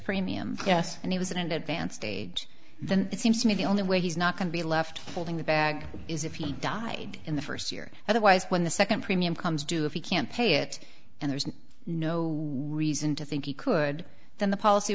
premium yes and he was an advanced age then it seems to me the only way he's not going to be left holding the bag is if he died in the first year otherwise when the second premium comes due if he can't pay it and there's no reason to think he could then the policy